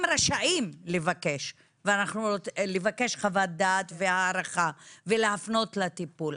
רשאים לבקש חוות דעת והערכה ולהפנות לטיפול.